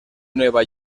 nueva